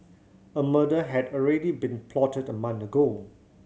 a murder had already been plotted the month ago